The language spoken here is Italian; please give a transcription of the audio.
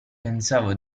pensavo